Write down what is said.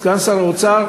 סגן שר האוצר,